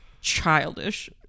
childish